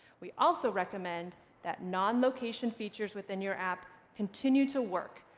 we also recommend that non-location features within your app continue to work,